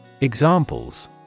Examples